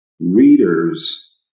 readers